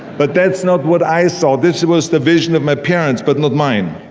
but that's not what i saw, this was the vision of my parents, but not mine.